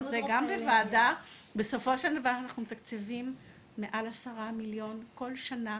גם בוועדה בסופו של דבר אנחנו עם תקציבים מעל 10 מיליון כל שנה,